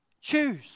Choose